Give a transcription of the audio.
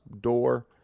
door